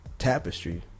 tapestry